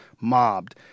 mobbed